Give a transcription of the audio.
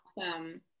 awesome